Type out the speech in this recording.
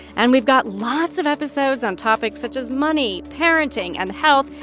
and we've got lots of episodes on topics such as money, parenting and health.